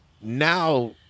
now